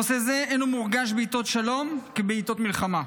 נושא זה הינו מורגש בעיתות שלום כבעיתות מלחמה.